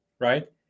right